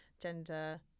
gender